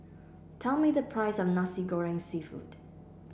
tell me the price of Nasi Goreng seafood